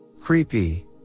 Creepy